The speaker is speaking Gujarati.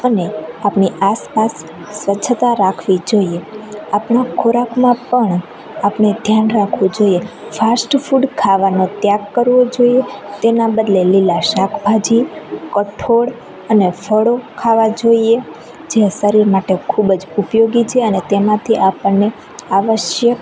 અને આપણી આસપાસ સ્વચ્છતા રાખવી જોઈએ આપણા ખોરાકમાં પણ આપણે ધ્યાન રાખવું જોઈએ ફાસ્ટફૂડ ખાવાનો ત્યાગ કરવો જોઈએ તેના બદલે લીલા શાકભાજી કઠોળ અને ફળો ખાવા જોઈએ જે શરીર માટે ખૂબ જ ઉપયોગી છે અને તેમાંથી આપણને આવશ્યક